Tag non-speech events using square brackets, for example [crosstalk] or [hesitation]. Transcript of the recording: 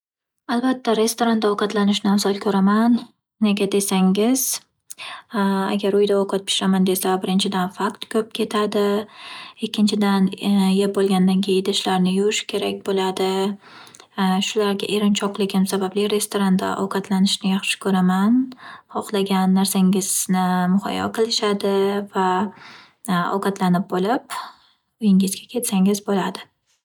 Albatta, restoranda ovqatlanishni afzal ko'raman. Nega desangiz [hesitation] agar uyda ovqat pishiraman desangiz birinchidan vaqt ko'p ketadi, ikkinchidan yeb bo'lgandan keyin idishlarni yuvish kerak bo'ladi. Shularga erinchoqligim sababli restoranda ovqatlanishni yaxshi ko'raman. Xoxlagan narsangizni muhayyo qilishadi va ovqatlanib bo'lib uyingizga ketsangiz bo'ladi.